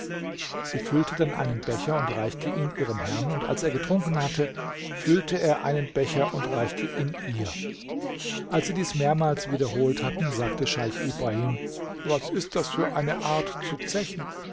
sie füllte dann einen becher und reichte ihn ihrem herrn und als er getrunken hatte füllte er einen becher und reichte ihn ihr als sie dies mehrmals wiederholt hatten sagte scheich ibrahim was ist das für eine art zu zechen